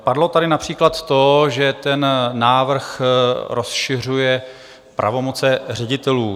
Padlo tady například to, že ten návrh rozšiřuje pravomoci ředitelů.